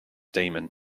demon